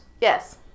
Yes